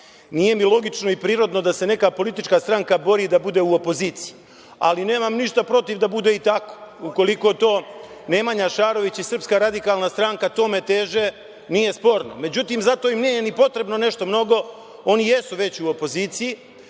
Nije mi logično i prirodno da se neka politička stranka bori da bude u opoziciji. Ali, nemam ništa protiv da bude i tako. Ukoliko Nemanja Šarović i SRS tome teže, nije sporno.Međutim, zato nije ni potrebno nešto mnogo, oni jesu već u opoziciji,